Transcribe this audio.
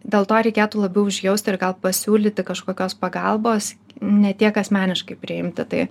dėl to reikėtų labiau užjausti ir gal pasiūlyti kažkokios pagalbos ne tiek asmeniškai priimti tai